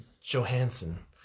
Johansson